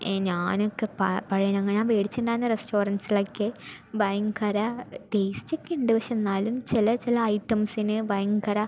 A ഞാനൊക്കെ പ പഴയ ഞാൻ വേടിച്ചിട്ടുണ്ടായിരുന്ന റസ്റ്റോറൻസിലൊക്കെ ഭയങ്കര ടേസ്റ്റൊക്കെ ഉണ്ട് പക്ഷേ എന്നാലും ചില ചില ഐറ്റംസിന് ഭയങ്കര